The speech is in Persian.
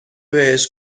بهش